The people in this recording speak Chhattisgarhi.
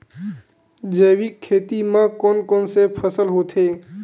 जैविक खेती म कोन कोन से फसल होथे?